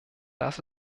das